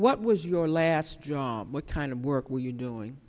what was your last job what kind of work were you doing